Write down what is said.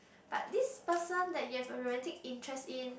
but this person that you have a romantic interest in